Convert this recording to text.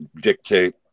dictate